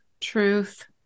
truth